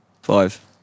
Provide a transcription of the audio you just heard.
Five